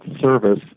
service